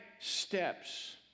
steps